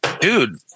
dude